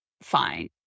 fine